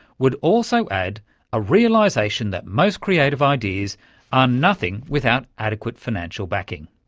would also add a realisation that most creative ideas are nothing without adequate financial backing.